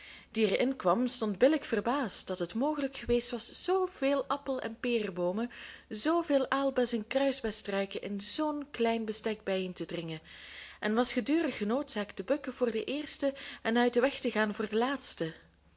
er inkwam stond billijk verbaasd dat het mogelijk geweest was zoo veel appel en pereboomen zoo veel aalbes en kruisbesstruiken in zoo'n klein bestek bijeen te dringen en was gedurig genoodzaakt te bukken voor de eersten en uit den weg te gaan voor de laatsten